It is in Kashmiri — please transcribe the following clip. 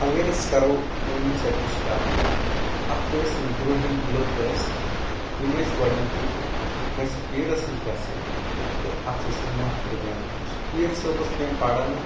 اگر أسۍ کرو ہوٗنۍ ژپِچ کتھ اتھ ٲسۍ یِم برٛونٛہِم لُکھ ٲسۍ یِم ٲسۍ گۄڈٕنٮ۪تھٕے کٲنٛسہِ پیٖرس نِش گژھان تہٕ اتھ ٲسۍ یِم مٲتھٕر دیاوناوان یہِ پیٖر صوب اوس کینٛہہ پران اتھ